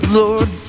lord